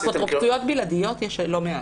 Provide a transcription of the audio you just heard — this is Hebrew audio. --- אפוטרופסויות בלעדיות יש לא מעט.